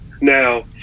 Now